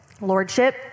lordship